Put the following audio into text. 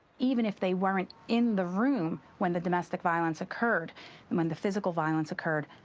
even if they weren't in the room when the domestic violence occurred and when the physical violence occurred,